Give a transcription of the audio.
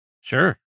Sure